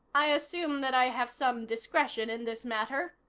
i assume that i have some discretion in this matter,